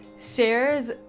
shares